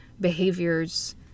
behaviors